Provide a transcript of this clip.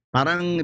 Parang